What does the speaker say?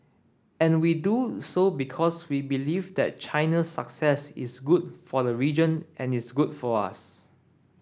and we do so because we believe that China's success is good for the region and is good for us